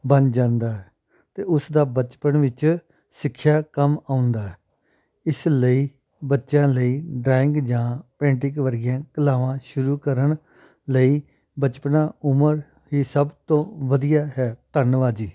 ਬਣ ਜਾਂਦਾ ਹੈ ਅਤੇ ਉਸਦਾ ਬਚਪਨ ਵਿੱਚ ਸਿੱਖਿਆ ਕੰਮ ਆਉਂਦਾ ਇਸ ਲਈ ਬੱਚਿਆਂ ਲਈ ਡਰਾਇੰਗ ਜਾਂ ਪੇਂਟਿੰਗ ਵਰਗੀਆਂ ਕਲਾਵਾਂ ਸ਼ੁਰੂ ਕਰਨ ਲਈ ਬਚਪਨਾ ਉਮਰ ਹੀ ਸਭ ਤੋਂ ਵਧੀਆ ਹੈ ਧੰਨਵਾਦ ਜੀ